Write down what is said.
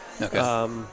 Okay